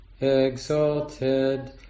exalted